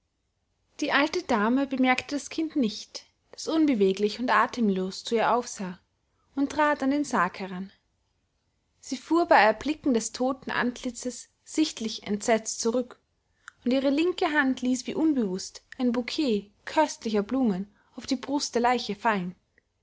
die alte dame bemerkte das kind nicht das unbeweglich und atemlos zu ihr aufsah und trat an den sarg heran sie fuhr bei erblicken des totenantlitzes sichtlich entsetzt zurück und ihre linke hand ließ wie unbewußt ein bouquet köstlicher blumen auf die brust der leiche fallen